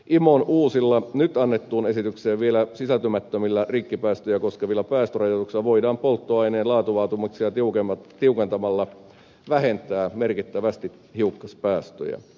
imon uusilla nyt annettuun esitykseen vielä sisältymättömillä rikkipäästöjä koskevilla päästörajoituksilla voidaan polttoaineen laatuvaatimuksia tiukentamalla vähentää merkittävästi hiukkaspäästöjä